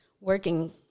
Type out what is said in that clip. working